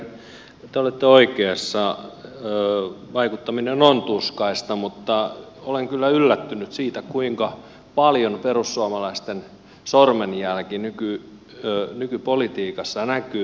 edustaja jungner te olette oikeassa vaikuttaminen on tuskaista mutta olen kyllä yllättynyt siitä kuinka paljon perussuomalaisten sormenjälki nykypolitiikassa näkyy